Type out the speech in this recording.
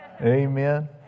Amen